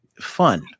fun